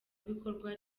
bikorwa